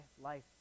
life